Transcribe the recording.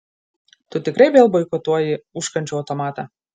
tu tikrai vėl boikotuoji užkandžių automatą